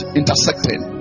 intersecting